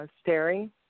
staring